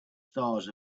stars